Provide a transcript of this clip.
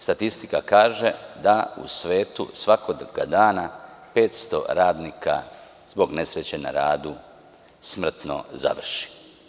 Statistika kaže da u svetu svakoga dana 500 radnika zbog nesreće na radu smrtno završi.